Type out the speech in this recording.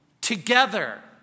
together